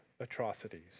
atrocities